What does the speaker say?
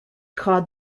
called